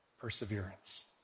perseverance